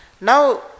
Now